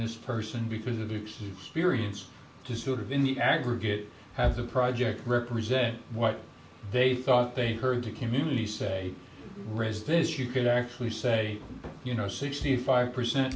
this person because of the periods to sort of in the aggregate have the project represent what they thought they heard the community say raise this you could actually say you know sixty five percent